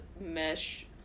mesh